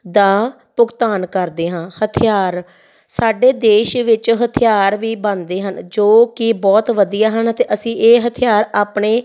ਦਾ ਭੁਗਤਾਨ ਕਰਦੇ ਹਾਂ ਹਥਿਆਰ ਸਾਡੇ ਦੇਸ਼ ਵਿੱਚ ਹਥਿਆਰ ਵੀ ਬਣਦੇ ਹਨ ਜੋ ਕਿ ਬਹੁਤ ਵਧੀਆ ਹਨ ਅਤੇ ਅਸੀਂ ਇਹ ਹਥਿਆਰ ਆਪਣੇ